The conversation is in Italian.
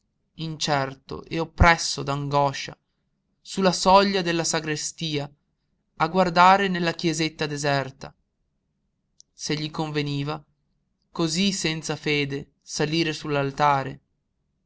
incerto e oppresso d'angoscia su la soglia della sagrestia a guardare nella chiesetta deserta se gli conveniva cosí senza fede salire